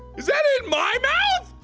is that in my mouth?